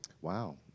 Wow